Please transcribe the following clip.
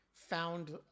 found